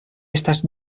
estas